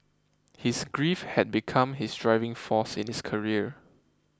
his grief had become his driving force in his career